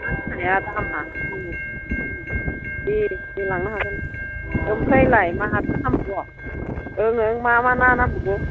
ना फिसाया दामा उम उम दे दे लांनो हागोन आमफ्रायलाय माथो नांबावगौ ओं ओं मा मा ना नांबावगौ